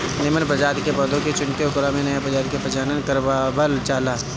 निमन प्रजाति के पौधा के चुनके ओकरा से नया प्रजाति के प्रजनन करवावल जाला